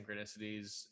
synchronicities